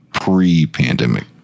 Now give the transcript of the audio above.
pre-pandemic